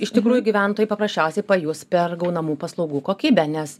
iš tikrųjų gyventojai paprasčiausiai pajus per gaunamų paslaugų kokybę nes